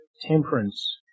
temperance